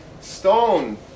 stone